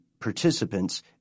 participants –